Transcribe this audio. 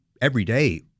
everyday